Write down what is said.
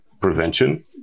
prevention